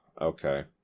okay